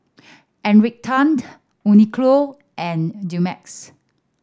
Encik Tan Uniqlo and Dumex